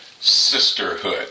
Sisterhood